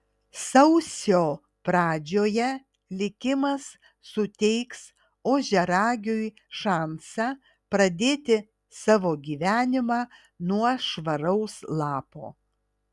sausio pradžioje likimas suteiks ožiaragiui šansą pradėti savo gyvenimą nuo švaraus lapo